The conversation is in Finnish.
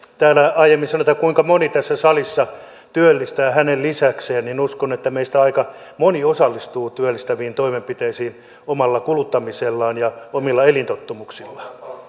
täällä aiemmin sanoi että kuinka moni tässä salissa työllistää hänen lisäkseen niin uskon että meistä aika moni osallistuu työllistäviin toimenpiteisiin omalla kuluttamisellaan ja omilla elintottumuksillaan